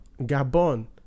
Gabon